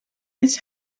this